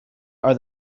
are